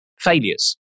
failures